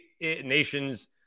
Nation's